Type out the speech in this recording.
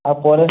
ଆଉ ପରେ